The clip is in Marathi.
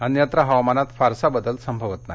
अन्यत्र हवामानात फारसा बदल संभवत नाही